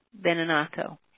Beninato